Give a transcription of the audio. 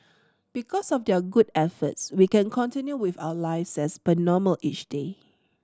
because of their good efforts we can continue with our lives as per normal each day